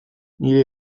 nire